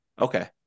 Okay